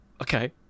Okay